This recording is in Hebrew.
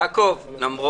אני אומר